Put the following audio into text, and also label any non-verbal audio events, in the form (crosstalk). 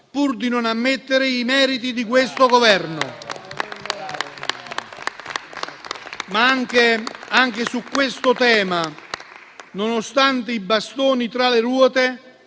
pur di non ammettere i meriti di questo Governo. (applause) Anche su questo tema, nonostante i bastoni tra le ruote,